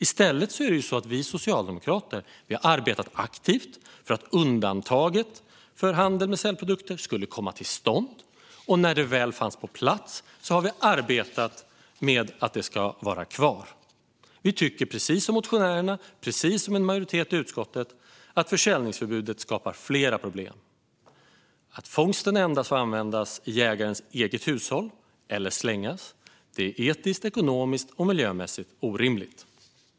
I stället är det så att vi socialdemokrater arbetade aktivt för att undantaget för handel med sälprodukter skulle komma till stånd, och efter att det väl fanns på plats har vi arbetat med att det ska vara kvar. Vi tycker, precis som motionärerna och en majoritet i utskottet, att försäljningsförbudet skapar flera problem. Att fångsten endast får användas i jägarens eget hushåll - eller slängas - är etiskt, ekonomiskt och miljömässigt orimligt.